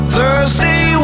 Thursday